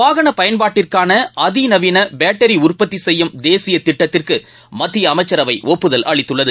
வாகன பயன்பாட்டிற்கான அதிநவீன பேட்டரி உற்பத்தி செய்யும் தேசிய திட்டத்திற்கு மத்திய அமைச்சரவை ஒப்புதல் அளித்துள்ளது